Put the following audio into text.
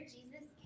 Jesus